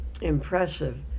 Impressive